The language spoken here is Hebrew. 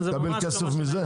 לקבל כסף מזה?